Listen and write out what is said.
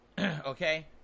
okay